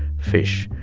fish,